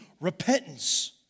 Repentance